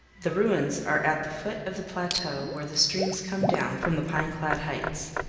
the ruins are at the foot of the plateau where the streams come down from the pine-clad heights.